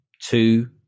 two